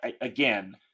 again